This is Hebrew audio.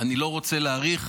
אני לא רוצה להאריך,